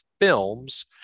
films